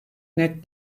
net